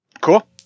cool